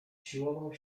siłował